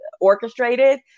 orchestrated